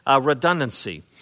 redundancy